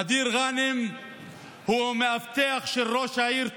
אדיר גאנם הוא המאבטח של ראש העיר טייבה,